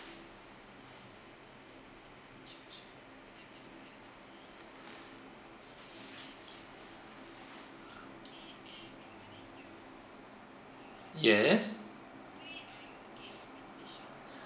yes